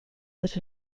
that